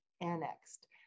annexed